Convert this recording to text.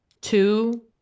two